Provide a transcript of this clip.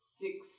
six